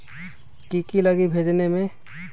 की की लगी भेजने में?